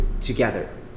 together